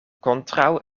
kontraŭ